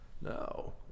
no